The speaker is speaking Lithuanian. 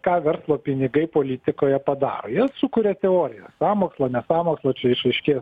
ką verslo pinigai politikoje padaro jie sukuria teorijas sąmokslo ne sąmokslo čia išaiškės